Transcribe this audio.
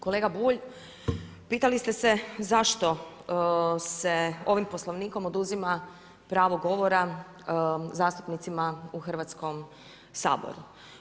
Kolega Bulj pitali ste se zašto se ovim Poslovnikom oduzima pravo govora zastupnicima u Hrvatskom saboru.